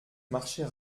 marchait